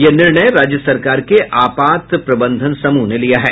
यह निर्णय राज्य सरकार के आपात प्रबंधन समूह ने लिया है